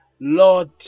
Lord